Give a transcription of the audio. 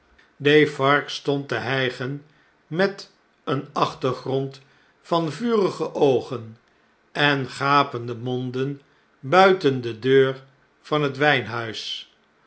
defarge stond te hjjgen met een achtergrond van vurige oogen en gapende monden buiten de deur van het wjjnhuis